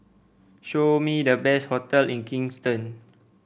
show me the best hotel in Kingston